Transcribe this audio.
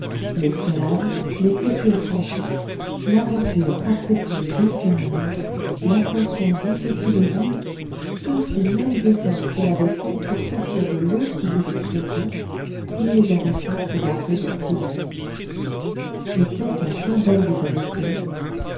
l'escalade les clôtures franchies l'aventure acceptée jusqu'à la mort l'ascension difficile et dure tous ces mêmes efforts qu'il avait faits pour sortir de l'autre lieu d'expiation il les avait faits pour entrer dans celui-ci était-ce un symbole de sa destinée